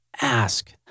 ask